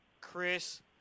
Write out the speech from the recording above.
Chris